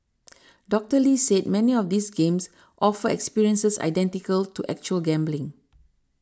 Doctor Lee said many of these games offer experiences identical to actual gambling